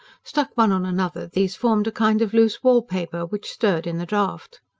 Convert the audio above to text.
stuck one on another, these formed a kind of loose wallpaper, which stirred in the draught.